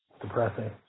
Depressing